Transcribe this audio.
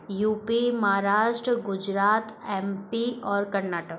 you P Maharashtra Gujarat M P और कर्नाटक